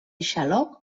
xaloc